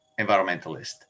environmentalist